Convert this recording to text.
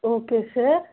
okay sir